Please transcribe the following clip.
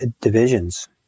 divisions